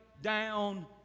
down